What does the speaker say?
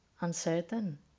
uncertain